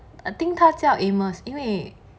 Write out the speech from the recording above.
I think 他叫 amos 因为